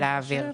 ונעביר.